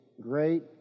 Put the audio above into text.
great